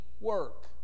work